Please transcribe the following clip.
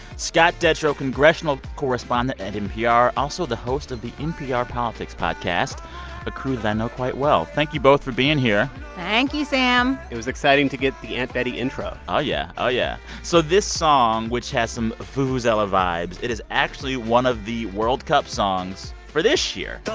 scott detrow, congressional correspondent at npr, also the host of the npr politics podcast a crew that i know quite well. thank you both for being here thank you, sam it was exciting to get the aunt betty intro oh, yeah. oh, yeah. so this song, which has some vuvuzela vibes it is actually one of the world cup songs for this year